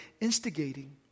instigating